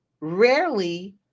Rarely